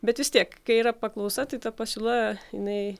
bet vis tiek kai yra paklausa tai ta pasiūla jinai